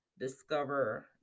discover